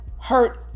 hurt